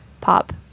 pop